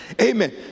Amen